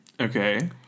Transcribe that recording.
Okay